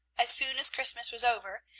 as soon as christmas was over,